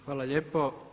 Hvala lijepo.